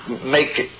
make